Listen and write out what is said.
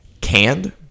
canned